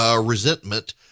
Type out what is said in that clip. resentment